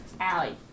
Allie